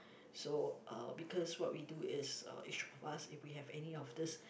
so uh because what we do is uh each of us if we have any of this